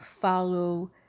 Follow